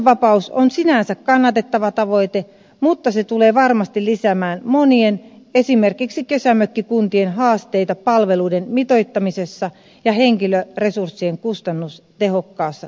valinnanvapaus on sinänsä kannatettava tavoite mutta se tulee varmasti lisäämään monien esimerkiksi kesämökkikuntien haasteita palveluiden mitoittamisessa ja henkilöresurssien kustannustehokkaassa käytössä